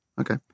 okay